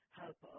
help